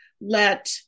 let